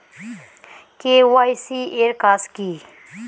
KYC এর কাজ কি?